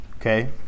Okay